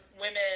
women